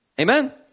Amen